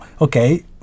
okay